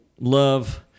love